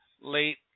late